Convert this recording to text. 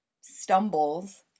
stumbles